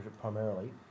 primarily